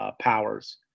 powers